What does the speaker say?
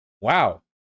Wow